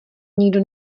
nikdo